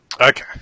Okay